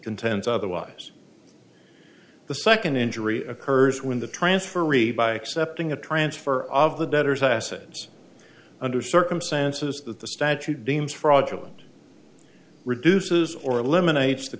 contends otherwise the second injury occurs when the transfer ribeye accepting a transfer of the debtors acids under circumstances that the statute deems fraudulent reduces or eliminates the